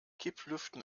kipplüften